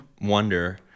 wonder